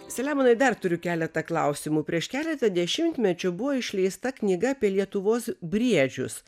selemonai dar turiu keletą klausimų prieš keletą dešimtmečių buvo išleista knyga apie lietuvos briedžius